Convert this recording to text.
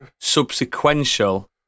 subsequential